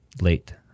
late